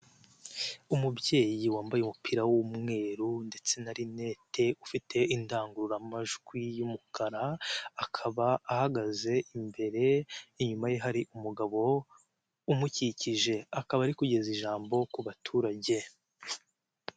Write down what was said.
Umubyeyi wambaye umupira w'umweru ndetse na rinete ufite indangururamajwi y'umukara akaba ahagaze imbere inyuma ye hari umugabo umukikije akaba ari kugeza ijambo ku baturage.